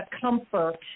comfort